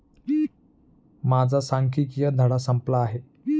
माझा सांख्यिकीय धडा संपला आहे